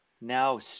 now